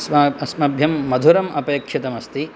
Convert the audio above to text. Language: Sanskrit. अस्मभ्यं मधुरम् अपेक्षितम् अस्ति